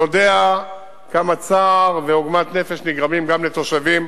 יודע כמה צער ועוגמת נפש נגרמים גם לתושבים